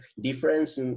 difference